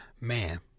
man